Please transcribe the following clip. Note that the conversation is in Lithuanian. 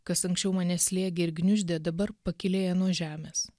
kas anksčiau mane slėgė ir gniuždė dabar pakylėja nuo žemės